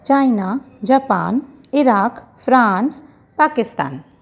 China Japan Iraq France Pakistan